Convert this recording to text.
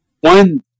One